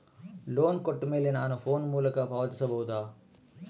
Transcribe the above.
Loan ಕೊಟ್ಟ ಮೇಲೆ ನಾನು ಫೋನ್ ಮೂಲಕ ಪಾವತಿಸಬಹುದಾ?